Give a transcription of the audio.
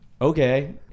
okay